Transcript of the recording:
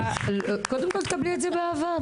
קבלי את זה באהבה.